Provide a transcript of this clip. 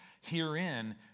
herein